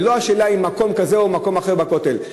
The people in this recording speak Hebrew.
השאלה היא לא אם מקום כזה או מקום אחר בכותל,